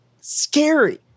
scary